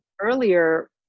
earlier